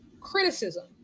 criticism